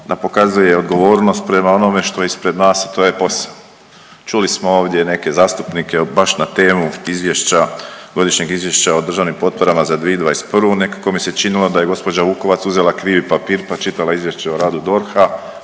da pokazuje odgovornost prema onome što je ispred nas, a to je posao. Čuli smo ovdje neke zastupnike baš na temu izvješća, Godišnjeg izvješća o državnim potporama za 2021., nekako mi se činilo da je gđa. Vukovac uzela krivi papir, pa čitala Izvješće o radu DORH-a,